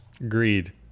agreed